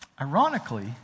Ironically